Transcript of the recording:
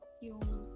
yung